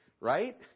Right